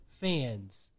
fans